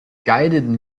guided